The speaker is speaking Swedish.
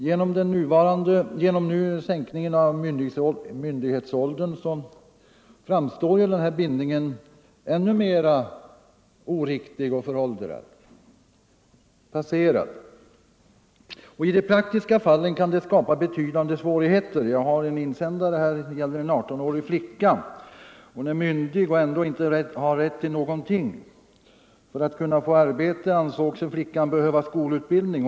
Genom sänkningen av myndighetsåldern framstår bindningen som ännu mera oriktig och föråldrad. I de praktiska fallen kan det skapa betydande svårigheter. Jag har en insändare här som gäller en 18-årig flicka. Hon är myndig men har ändå inte rätt till någonting. För att kunna få arbete ansåg sig flickan behöva skolutbildning.